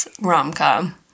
rom-com